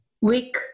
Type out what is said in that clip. week